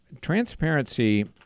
transparency